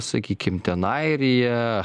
sakykim ten airija